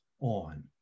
on